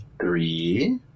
Three